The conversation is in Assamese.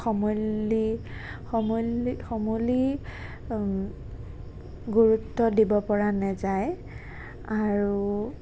সমূলি সমূলি সমূলি গুৰুত্ব দিব পৰা নাযায় আৰু